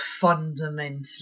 fundamentally